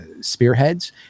spearheads